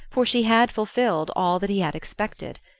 for she had fulfilled all that he had expected.